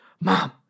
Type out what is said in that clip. Mom